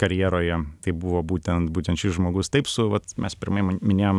karjeroje tai buvo būtent būtent šis žmogus taip su vat mes pirmai minėjom